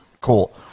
Cool